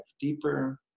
deeper